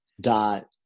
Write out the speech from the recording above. dot